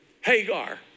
Hagar